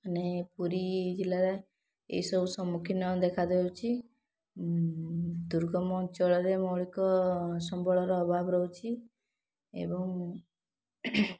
ମାନେ ପୁରୀ ଜିଲ୍ଲାରେ ଏଇ ସବୁ ସମୁଖୀନ ଦେଖା ଦେଉଛି ଦୁର୍ଗମ ଅଞ୍ଚଳରେ ମୌଳିକ ସମ୍ବଳର ଅଭାବ ରହୁଛି ଏବଂ